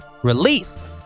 release